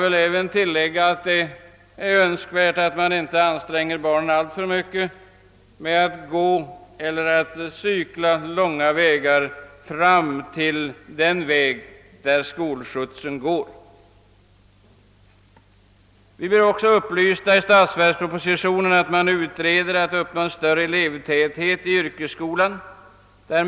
Det är också nödvändigt att barnen inte ansträngs alltför mycket med att gå eller cykla långa sträckor fram till den väg där skolskjutsen passerar. Vi blir också upplysta i statsverkspropositionen att man utreder hur större elevtäthet i yrkesskolan skall kunna uppnås.